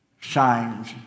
signs